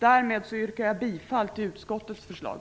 Därmed yrkar jag bifall till utskottets förslag.